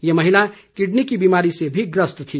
ये महिला किडनी की बीमारी से भी ग्रस्त थी